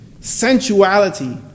sensuality